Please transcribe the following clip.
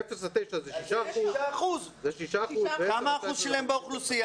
ב-0 עד 9 זה 6%. כמה אחוז שלהם באוכלוסייה?